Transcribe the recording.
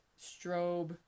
strobe